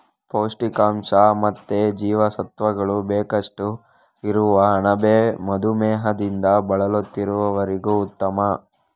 ಪೌಷ್ಟಿಕಾಂಶ ಮತ್ತೆ ಜೀವಸತ್ವಗಳು ಬೇಕಷ್ಟು ಇರುವ ಅಣಬೆ ಮಧುಮೇಹದಿಂದ ಬಳಲುತ್ತಿರುವವರಿಗೂ ಉತ್ತಮ